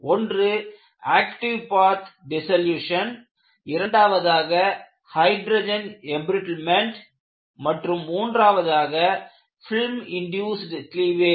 ஒன்று active path dissolution இரண்டாவதாக hydrogen embrittlement மற்றும் மூன்றாவதாக பிலிம் இன்டியூஸ்ட் கிளீவேஜ்